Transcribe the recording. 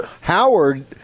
Howard